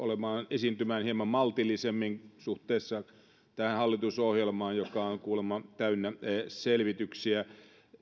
esiintymään hieman maltillisemmin suhteessa tähän hallitusohjelmaan joka on kuulemma täynnä selvityksiä